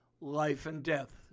life-and-death